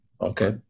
Okay